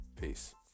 peace